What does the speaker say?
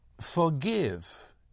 forgive